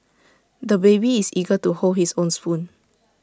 the baby is eager to hold his own spoon